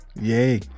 Yay